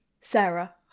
Sarah